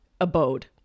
abode